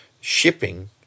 shipping